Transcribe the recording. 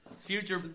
future